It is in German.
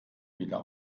wieder